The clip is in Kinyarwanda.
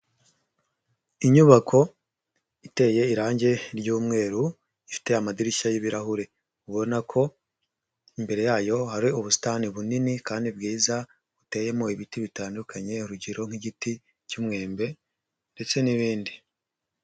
Inyubako iteye irange ry'umweru ifite amadirishya y'ibirahure, ubona ko imbere yayo hari ubusitani bunini kandi bwiza buteyemo ibiti bitandukanye, urugero nk'igiti cy'umwembe ndetse n'ibindi.